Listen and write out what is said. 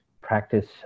practice